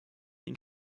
ihn